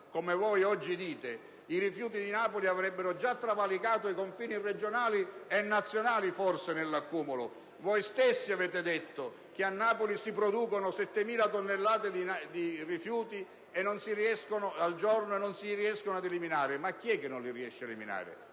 oggi voi sostenete - i rifiuti di Napoli avrebbero già travalicato i confini regionali, e forse nazionali, nell'accumulo. Voi stessi avete detto che a Napoli si producono 7.000 tonnellate di rifiuti al giorno che non si riescono ad eliminare. Ma chi è che non li riesce ad eliminare?